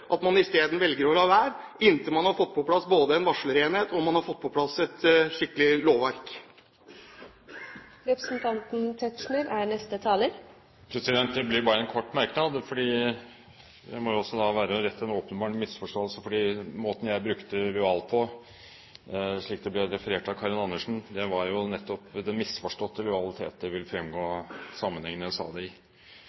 Man velger i stedet å la være inntil man har fått på plass både en varslerenhet og et skikkelig lovverk. Det blir bare en kort merknad for å oppklare en åpenbar misforståelse, for måten jeg brukte begrepet «lojal» på, slik det ble referert av Karin Andersen, var nettopp den misforståtte lojalitet. Det vil fremgå